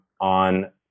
on